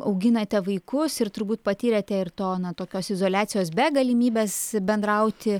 auginate vaikus ir turbūt patyrėte ir to na tokios izoliacijos be galimybės bendrauti